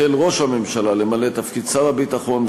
החל ראש הממשלה למלא את תפקיד שר הביטחון,